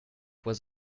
was